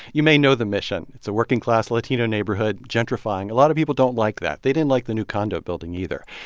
you may know the mission. it's a working-class latino neighborhood gentrifying. a lot of people don't like that. they didn't like the new condo building, either,